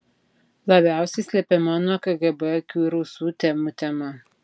labiausiai slepiama nuo kgb akių ir ausų temų tema